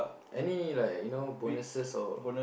any like you know bonuses or